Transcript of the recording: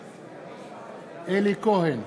בעד אלי כהן,